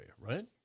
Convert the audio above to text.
right